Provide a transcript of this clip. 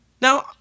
Now